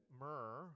myrrh